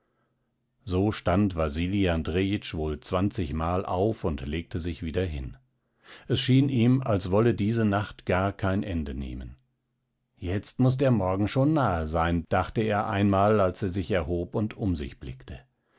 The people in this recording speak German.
so stand wasili andrejitsch wohl zwanzigmal auf und legte sich wieder hin es schien ihm als wolle diese nacht gar kein ende nehmen jetzt muß der morgen schon nahe sein dachte er einmal als er sich erhob und um sich blickte